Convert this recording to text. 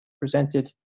presented